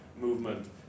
movement